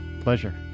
Pleasure